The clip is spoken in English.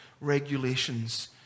regulations